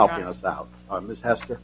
helping us out on this has